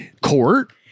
Court